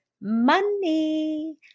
money